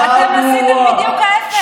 אתם עשיתם בדיוק ההפך,